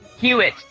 Hewitt